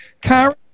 Karen